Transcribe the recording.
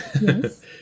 Yes